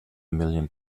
million